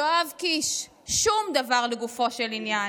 יואב קיש, שום דבר לגופו של עניין.